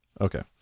Okay